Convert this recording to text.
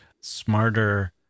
smarter